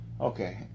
okay